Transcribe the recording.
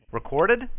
Recorded